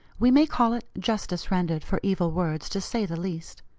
we may call it justice rendered for evil words, to say the least.